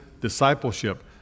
discipleship